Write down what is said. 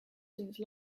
since